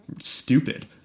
stupid